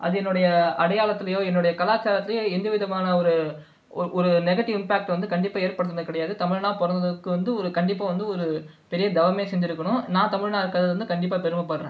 அது என்னோடைய அடையாளத்துலயோ என்னோடைய கலாச்சாரத்துலயோ எந்தவிதமான ஒரு ஒரு நெகட்டிவ் இம்பேக்ட் வந்து கண்டிப்பாக ஏற்படுத்துனது கிடையாது தமிழனாக பிறந்ததுக்கு வந்து ஒரு கண்டிப்பாக வந்து ஒரு பெரிய தவமே செஞ்சுருக்கணும் நான் தமிழனாக இருக்கிறது வந்து கண்டிப்பாக பெருமைப்படுறேன்